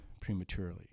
prematurely